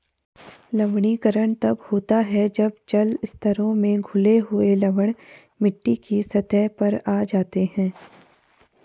लवणीकरण तब होता है जब जल स्तरों में घुले हुए लवण मिट्टी की सतह पर आ जाते है